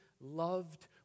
loved